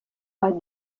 war